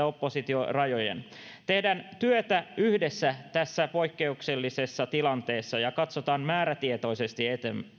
oppositiorajojen tehdään työtä yhdessä tässä poikkeuksellisessa tilanteessa ja katsotaan määrätietoisesti